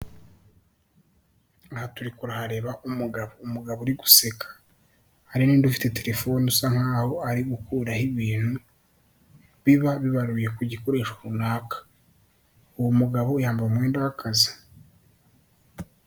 Aha turi kuhareba umugabo, umugabo uri guseka, hari n'undi ufite telefone usa nkaho ari gukuraho ibintu biba bibaruye ku gikoresho runaka, uwo mugabo yambaye umwenda w'akazi.